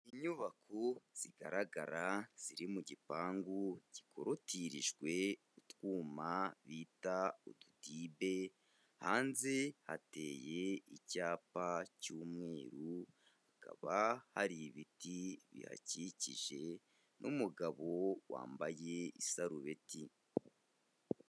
Inyubako zigaragara ziri mu gipangu gikorotirijwe utwuma bita udutibe, hanze hateye icyapa cy'umweru hakaba hari ibiti bihakikije n'umugabo wambaye isarubeti.